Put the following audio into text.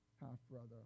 half-brother